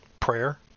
prayer